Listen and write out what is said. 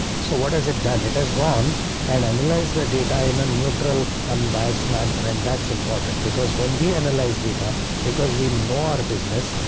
so what has it done? it has gone and analyze the data in a neutral, unbiased manner, and that's important because when we analyze data because we know our business,